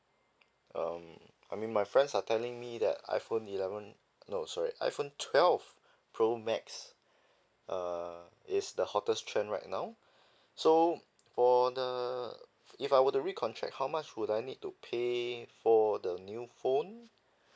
um I mean my friends are telling me that iphone eleven no sorry iphone twelve pro max err is the hottest trend right now so for the if I were to recontract how much would I need to pay for the new phone